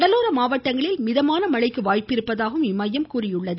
கடலோர மாவட்டங்களில் மிதமான மழைக்கு வாய்ப்பிருப்பதாகவும் இம்மையம் கூறியுள்ளது